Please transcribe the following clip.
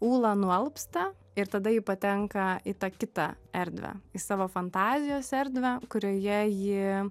ūla nualpsta ir tada ji patenka į tą kitą erdvę į savo fantazijos erdvę kurioje ji